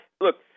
Look